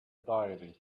diary